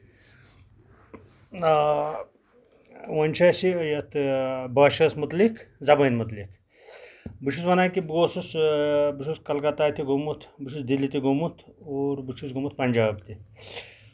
آ وۄنۍ چھُ آسہِ یَتھ باشس مُتعلِق زَبٲنۍ مُتعلِق بہٕ چھُس وَنان کہِ بہٕ اوسُس بہٕ چھُس کَلکَتا تہِ گوٚمُت بہٕ چھُس دلہِ تہِ گوٚمُت اور بہٕ چھُس گوٚمُت پَنجاب تہِ